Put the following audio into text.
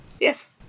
Yes